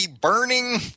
burning